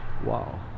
wow